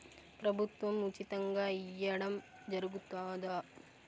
ప్రభుత్వం ఉచితంగా ఇయ్యడం జరుగుతాదా?